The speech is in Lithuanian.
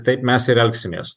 taip mes ir elgsimės